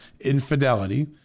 infidelity